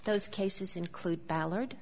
those cases include ballard